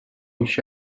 víš